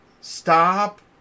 Stop